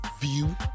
View